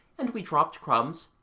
and we dropped crumbs,